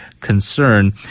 concern